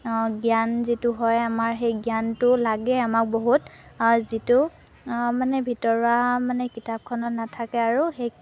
অ' জ্ঞান যিটো হয় আমাৰ সেই জ্ঞানটো লাগে আমাক বহুত যিটো মানে ভিতৰুৱা মানে কিতাপখনত নাথাকে আৰু সেই